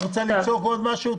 יש עוד משהו?